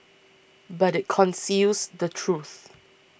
but it conceals the truth